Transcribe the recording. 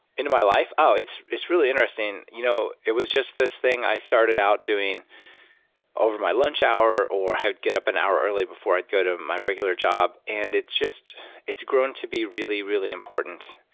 into my life? oh! it's it's really interesting. you know it was just this thing i started out doing over my lunch hour or i'd get up an hour early before i go to my regular job, and it's just it's grown to be really, really important.